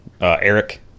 Eric